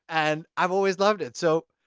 and, i've always loved it! so